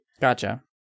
Gotcha